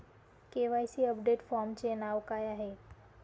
KYC update फॉर्मचे नाव काय आहे?